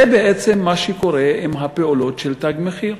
זה בעצם מה שקורה עם הפעולות של "תג מחיר".